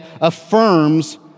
affirms